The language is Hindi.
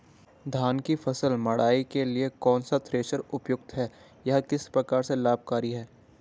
धान की फसल मड़ाई के लिए कौन सा थ्रेशर उपयुक्त है यह किस प्रकार से लाभकारी है?